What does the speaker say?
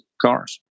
cars